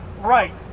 right